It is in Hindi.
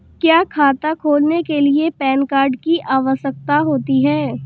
क्या खाता खोलने के लिए पैन कार्ड की आवश्यकता होती है?